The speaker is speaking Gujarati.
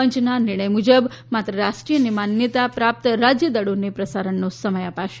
પંચના નિર્ણથ મુજબ માત્ર રાષ્ટ્રીય તથા માન્યતા પ્રાપ્ત રાજય દળોને પ્રસારણનો સમય અપાશે